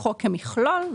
כמכלול,